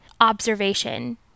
observation